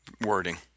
wording